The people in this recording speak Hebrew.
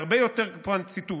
והרבה יותר, ציטוט: